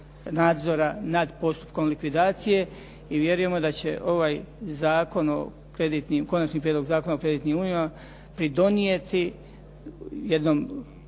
nadzora nad postupkom likvidacije i vjerujemo da će ovaj Konačni prijedlog Zakona o kreditnim unijama pridonijeti jednom